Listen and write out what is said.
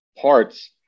parts